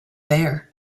there